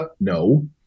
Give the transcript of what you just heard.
no